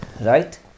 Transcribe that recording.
right